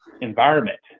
environment